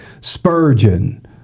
Spurgeon